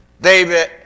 David